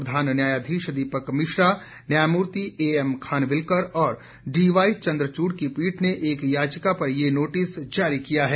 प्रधान न्यायाधीश दीपक मिश्रा न्यायमूर्ति एएम खानविलकर और डीवाई चन्द्र चूड़ की पीठ ने एक याचिका पर ये नोटिस जारी किया है